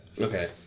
Okay